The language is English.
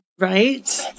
right